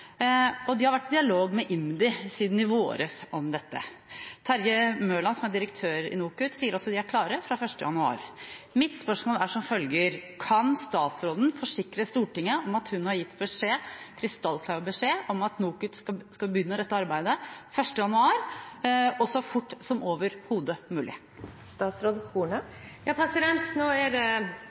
og de har vært i dialog med IMDi siden i våres om dette. Terje Mørland, som er direktør i NOKUT, sier også at de er klare fra 1. januar. Mitt spørsmål er som følger: Kan statsråden forsikre Stortinget om at hun har gitt beskjed – krystallklar beskjed – om at NOKUT skal begynne dette arbeidet 1. januar, og så fort som overhodet mulig? Nå er det kunnskapsministeren som har ansvaret for akkurat det